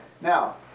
Now